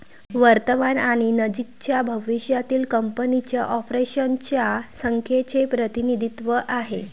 वर्तमान आणि नजीकच्या भविष्यातील कंपनीच्या ऑपरेशन्स च्या संख्येचे प्रतिनिधित्व आहे